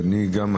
כן.